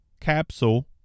capsule